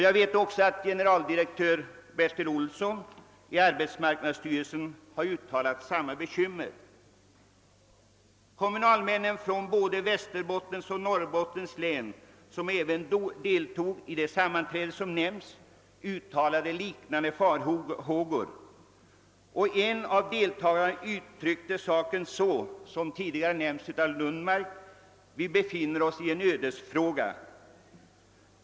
Jag vet också att generaldirektör Bertil Olsson i arbetsmarknadsstyrelsen har uttalat samma bekymmer. Kommunalmän från både Västerbottens och Norrbottens län, vilka även deltog i det sammanträde som nämnts, uttalade liknande farhågor. En av deltagarna uttryckte, som tidigare nämnts av herr Lundmark, saken så: Vi befinner oss inför en ödesfråga.